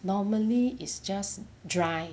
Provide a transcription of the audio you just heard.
normally is just dry